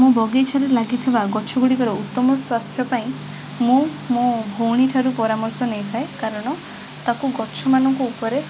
ମୋ ବଗିଚାରେ ଲାଗିଥିବା ଗଛ ଗୁଡ଼ିକର ଉତ୍ତମ ସ୍ବାସ୍ଥ୍ୟ ପାଇଁ ମୁଁ ମୋ ଭଉଣୀଠାରୁ ପରାମର୍ଶ ନେଇଥାଏ କାରଣ ତାକୁ ଗଛମାନଙ୍କ ଉପରେ